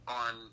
on